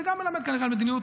זה גם מלמד כרגע על מדיניות